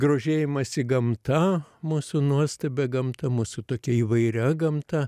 grožėjimąsi gamta mūsų nuostabia gamta mūsų tokia įvairia gamta